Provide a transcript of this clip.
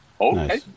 Okay